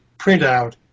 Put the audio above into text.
printout